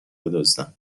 بدزدن